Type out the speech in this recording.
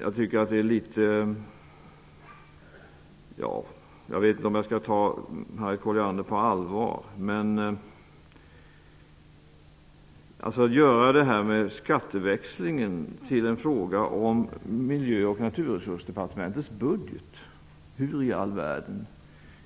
Jag vet inte om jag skall ta Harriet Colliander på allvar. Att göra det här med skatteväxlingen till en fråga om Miljö och naturresursdepartementets budget -- hur i världen